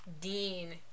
dean